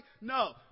No